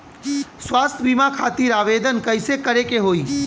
स्वास्थ्य बीमा खातिर आवेदन कइसे करे के होई?